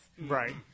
Right